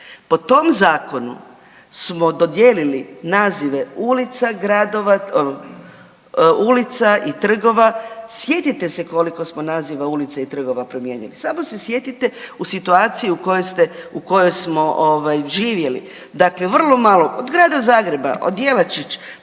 Po tom zakonu smo dodijelili nazive ulica, gradova, ulica i trgova i sjetite se koliko smo naziva ulica i trgova promijenili samo se sjetite u situaciji u kojoj ste, u kojoj smo ovaj živjeli, dakle vrlo malo od Grada Zagreba od Jelačić